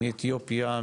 מאתיופיה,